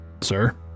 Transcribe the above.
sir